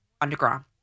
underground